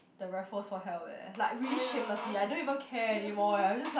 the Raffles for help leh like really shamelessly I don't even care anymore leh I'm just like